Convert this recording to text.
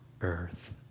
earth